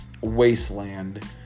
wasteland